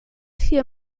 hier